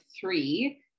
three